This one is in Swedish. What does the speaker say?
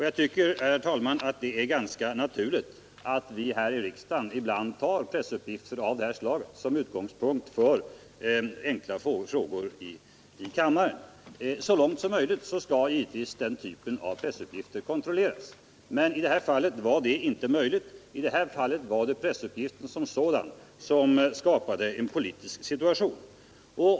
Jag tycker, herr talman, att det är ganska naturligt att vi här i riksdagen ibland låter pressuppgifter av det här slaget bli utgångspunkt för enkla frågor i kammaren. Så långt som möjligt skall givetvis den typen av pressuppgifter kontrolleras, men i det här fallet var det inte möjligt. Det var pressuppgiften som sådan som skapade en politisk situation.